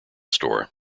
store